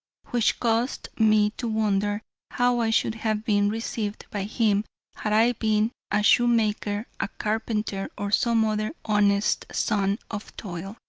which caused me to wonder how i should have been received by him had i been a shoemaker, a carpenter, or some other honest son of toil,